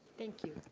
thank you.